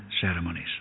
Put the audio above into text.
ceremonies